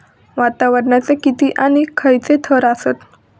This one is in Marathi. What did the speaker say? वातावरणाचे किती आणि खैयचे थर आसत?